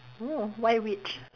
oh why witch